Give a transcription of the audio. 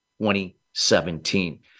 2017